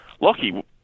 Lockie